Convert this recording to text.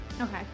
Okay